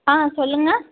ஆ சொல்லுங்கள்